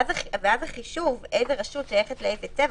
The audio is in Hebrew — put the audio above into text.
אז החישוב איזה רשות שייכת לאיזה צבע,